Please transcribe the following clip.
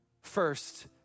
first